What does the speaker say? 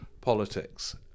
politics